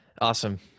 Awesome